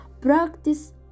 practice